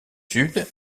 sud